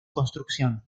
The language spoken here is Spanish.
construcción